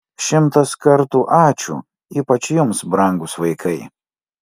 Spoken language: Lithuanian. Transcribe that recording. šimtas kartų ačiū ypač jums brangūs vaikai